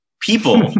People